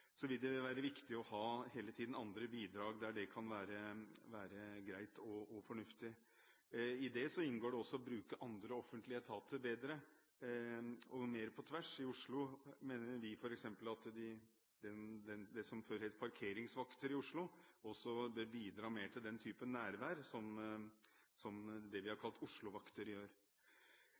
vil det hele tiden være viktig å ha andre bidrag der det kan være greit og fornuftig. I det inngår det også å bruke andre offentlige etater bedre og mer på tvers. I Oslo mener vi vel f.eks. at de som før het parkeringsvakter, også bør bidra mer til den typen nærvær som det vi har kalt Oslo-vakter, gjør.